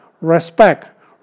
respect